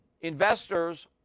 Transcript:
Investors